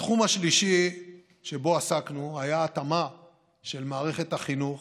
התחום השלישי שבו עסקנו היה התאמה של מערכת החינוך